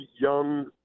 young